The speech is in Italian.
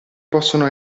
possono